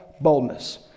boldness